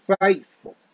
faithful